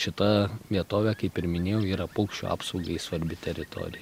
šita vietovė kaip ir minėjau yra paukščių apsaugai svarbi teritorija